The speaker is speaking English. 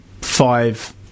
five